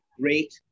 great